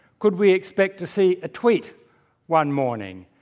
could we expect to see a tweet one morning,